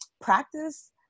practice